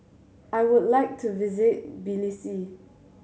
I would like to visit Tbilisi